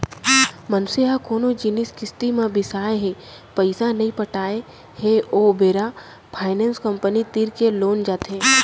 मनसे ह कोनो जिनिस किस्ती म बिसाय हे पइसा नइ पटात हे ओ बेरा फायनेंस कंपनी तीर के लेग जाथे